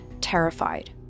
terrified